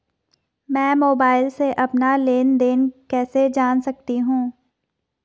मैं मोबाइल से अपना लेन लेन देन कैसे जान सकता हूँ?